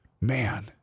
Man